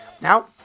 Now